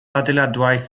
adeiladwaith